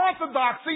orthodoxy